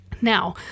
Now